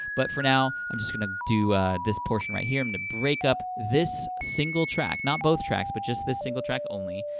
but, for now, i'm just gonna do this portion right here. i'm gonna break up this single track, not both tracks, but just this single track only.